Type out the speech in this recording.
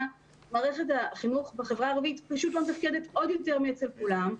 מערכת החינוך בחברה הערבית פשוט לא מתפקדת עוד יותר מכולם.